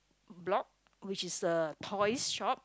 block which is a toy's shop